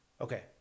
Okay